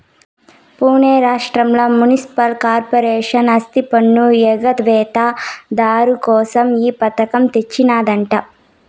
పునే రాష్ట్రంల municipal corporation ఆస్తిపన్ను ఎగవేత దారు కోసం ఈ పథకం తెచ్చినాదట